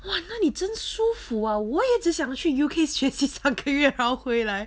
!wah! 那你真舒服啊我也只想想去 U_K 学习三个月然后回来